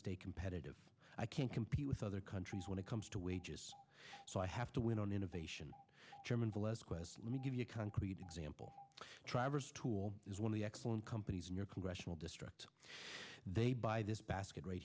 stay competitive i can't compete with other countries when it comes to wages so i have to win on innovation chairman bill as quest let me give you a concrete example travers tool is one of the excellent companies in your congressional district they buy this basket right